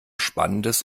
spannendes